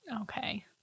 Okay